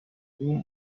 whom